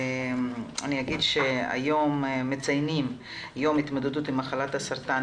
אגיד שהיום מציינים את יום ההתמודדות עם מחלת הסרטן,